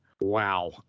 Wow